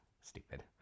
stupid